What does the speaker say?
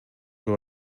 көп